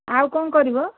ଆଉ କ'ଣ କରିବ